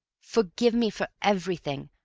forgive me for everything.